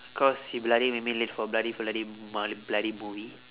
cause he bloody make me late for bloody holiday mo~ my bloody movie